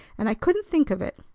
and i couldn't think of it.